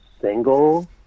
single